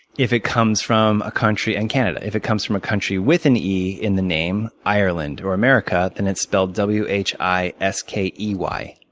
if it comes from a country and canada. if it comes from a country with an e in the name, ireland or america, then, it's spelled w h i s k e y.